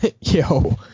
Yo